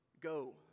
Go